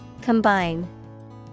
Combine